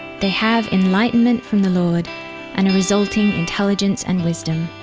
they have enlightenment from the lord and a resulting intelligence and wisdom.